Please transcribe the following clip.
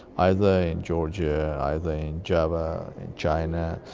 either in georgia, either in java, in china,